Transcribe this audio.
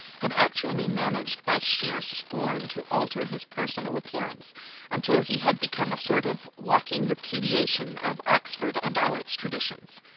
had actually managed by sheer scorn to alter his personal appearance until he had become a sort of walking repudiation of oxford and all its traditions.